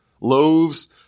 loaves